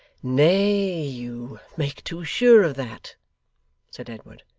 nay, you make too sure of that said edward.